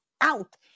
out